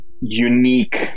unique